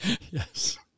Yes